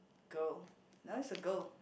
girl Niel is a girl